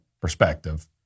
perspective